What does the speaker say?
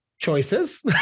choices